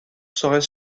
seraient